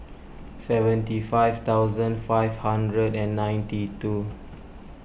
seventy five thousand five hundred and ninety two